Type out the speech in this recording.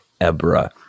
Ebra